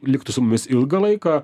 liktų su mumis ilgą laiką